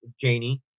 Janie